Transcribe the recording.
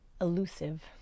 elusive